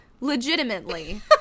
legitimately